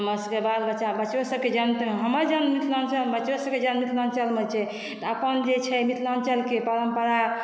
हमर सभक बालबच्चा बच्चौ सभक जन्म तऽ हमर जन्म मिथिलाञ्चलमे बच्चौ सभक जन्म मिथिलाञ्चलमे छै तऽ अप्पन जे छै मिथिलाञ्चलके परम्परा